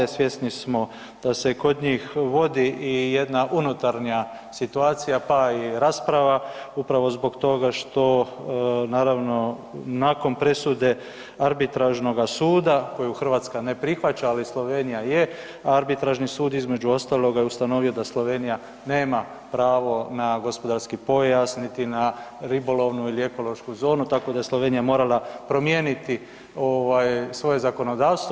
Svjesni smo da se kod njih vodi i jedna unutarnja situacija, pa i rasprava upravo zbog toga što naravno nakon presude arbitražnoga suda koju Hrvatska ne prihvaća, ali Slovenija je, arbitražni sud je između ostaloga je ustanovio da Slovenija nema pravo na gospodarski pojas niti na ribolovnu ili ekološnu zonu tako da je Slovenija morala promijeniti svoje zakonodavno.